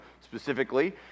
specifically